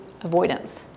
avoidance